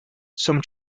some